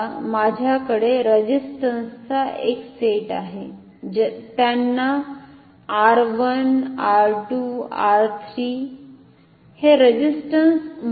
माझ्याकडे रेझिस्टन्सेसचा एक सेट आहे त्यांना R1 R2 R3 हे रेझिस्टन्सेस म्हणूया